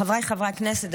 חבריי חברי הכנסת,